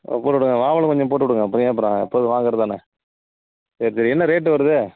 ஆ போட்டு விடுங்க வாவல் கொஞ்சம் போட்டு விடுங்க அப்புறம் ஏன் அப்புறம் எப்போதும் வாங்கிறது தானே சரி சரி என்ன ரேட் வருது